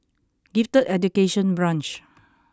Gifted Education Branch